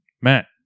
Matt